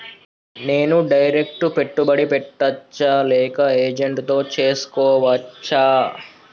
నేను డైరెక్ట్ పెట్టుబడి పెట్టచ్చా లేక ఏజెంట్ తో చేస్కోవచ్చా?